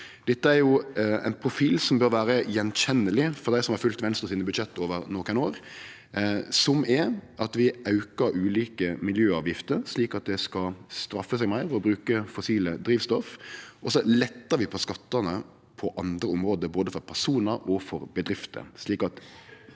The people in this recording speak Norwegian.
Dette er ein profil som bør vere til å kjenne att for dei som har følgt med på Venstres budsjett over nokre år. Vi aukar ulike miljøavgifter, slik at det skal straffe seg meir å bruke fossile drivstoff, og så lettar vi på skattane på andre område, både for personar og for bedrifter,